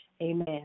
amen